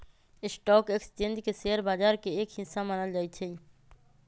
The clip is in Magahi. स्टाक एक्स्चेंज के शेयर बाजार के एक हिस्सा मानल जा हई